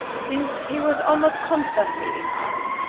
since he was almost constantly in arms,